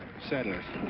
settlers.